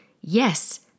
Yes